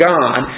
God